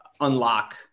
unlock